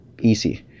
easy